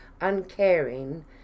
uncaring